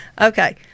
Okay